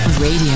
Radio